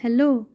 hello